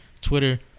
Twitter